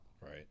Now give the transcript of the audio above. right